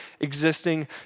existing